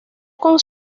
con